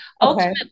Ultimately